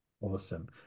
awesome